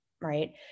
right